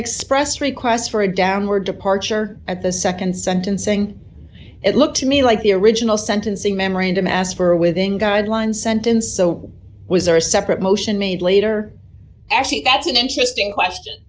express request for a downward departure at the nd sentencing it looked to me like the original sentencing memorandum asked for within guidelines sentence so was there a separate motion made later actually that's an interesting question